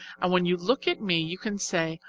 and when you look at me you can say,